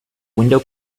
window